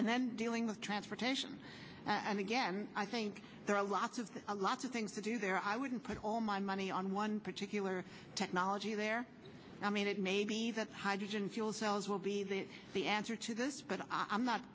and then dealing with transportation and again i think there are lots of lots of things to do there i wouldn't put all my money on one particular technology there i mean it maybe that's hydrogen fuel cells will be that the answer to this but i'm not